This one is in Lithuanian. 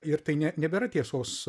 ir tai ne nebėra tiesos